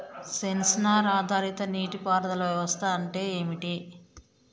Censor ఆధారిత నీటి పారుదల వ్యవస్థ అంటే ఏమిటి?